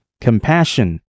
compassion